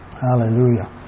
Hallelujah